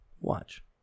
Watch